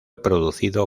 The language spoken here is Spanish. producido